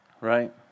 Right